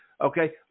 Okay